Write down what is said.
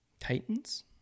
Titans